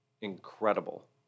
incredible